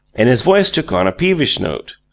and his voice took on a peevish note.